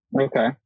okay